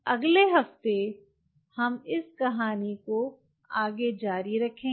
अगले हफ्ते हम इस कहानी को जारी रखेंगे